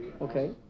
Okay